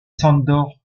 sándor